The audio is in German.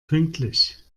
pünktlich